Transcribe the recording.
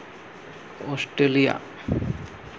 Australia